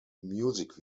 music